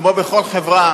כמו בכל חברה